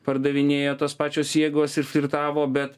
pardavinėjo tos pačios jėgos ir flirtavo bet